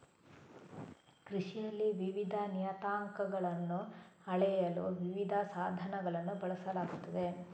ಕೃಷಿಯಲ್ಲಿ ವಿವಿಧ ನಿಯತಾಂಕಗಳನ್ನು ಅಳೆಯಲು ವಿವಿಧ ಸಾಧನಗಳನ್ನು ಬಳಸಲಾಗುತ್ತದೆ